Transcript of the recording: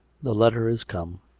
the letter is come.